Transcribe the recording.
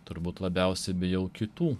turbūt labiausiai bijau kitų